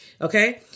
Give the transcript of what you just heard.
Okay